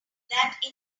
that